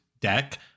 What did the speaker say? deck